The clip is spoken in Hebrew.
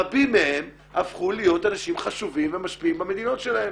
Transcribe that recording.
רבים מהם הפכו להיות אנשים חשובים ומשפיעים במדינות שלהם.